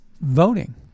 voting